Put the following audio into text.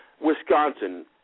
Wisconsin